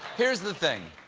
here's the thing.